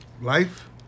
life